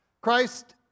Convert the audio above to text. Christ